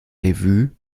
revue